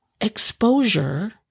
exposure